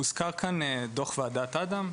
הוזכר כאן דוח ועדת אדם.